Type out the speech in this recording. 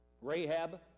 Rahab